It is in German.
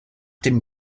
dem